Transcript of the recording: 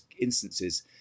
instances